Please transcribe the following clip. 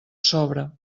sobre